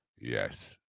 Yes